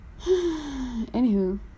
Anywho